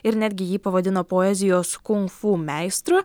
ir netgi jį pavadino poezijos kung fu meistru